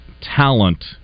talent